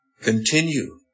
continue